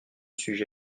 sujet